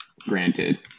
granted